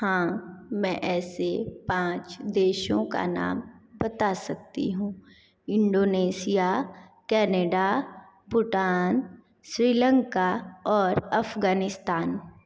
हाँ मैं ऐसे पाँच देशों का नाम बता सकती हूँ इंडोनेसिया कैनेडा भूटान श्रीलंका और अफ़गानिस्तान